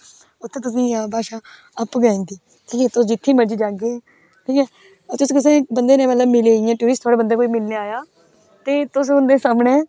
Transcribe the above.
उत्थे तुसेंगी भाशा गै औंदी तुस जित्थै मर्जी जागे ठीक ऐ तुस कुसे बंदे कन्ने मतलब मिले कोई बंदा तुसेगी मिलने गी आया ते तुस उन्दे सामने